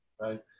right